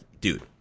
dude